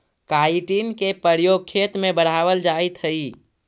chitin के प्रयोग खेत में बढ़ावल जाइत हई